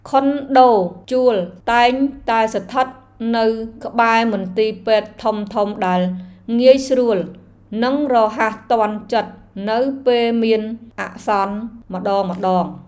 ខុនដូជួលតែងតែស្ថិតនៅក្បែរមន្ទីរពេទ្យធំៗដែលងាយស្រួល និងរហ័សទាន់ចិត្តនៅពេលមានអាសន្នម្តងៗ។